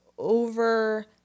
over